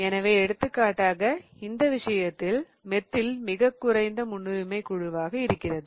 எனவே எடுத்துக்காட்டாக இந்த விஷயத்தில் மெத்தில் மிகக் குறைந்த முன்னுரிமைக் குழுவாக இருக்கிறது